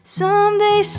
someday